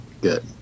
good